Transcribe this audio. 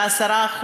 ב-10%.